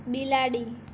બિલાડી